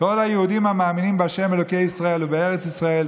כל היהודים המאמינים בה' אלוקי ישראל ובארץ ישראל,